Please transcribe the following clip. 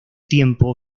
tiempo